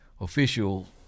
official